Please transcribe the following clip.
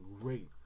great